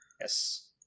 Yes